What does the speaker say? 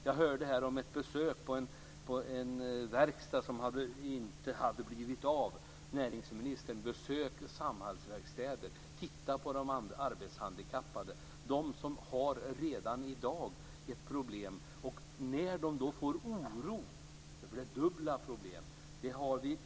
Jag hörde här om ett besök på en verkstad som inte hade blivit av. Näringsministern, besök Samhallsverkstäder! Titta på de arbetshandikappade! De har redan i dag problem, och när de känner oro blir det dubbla problem.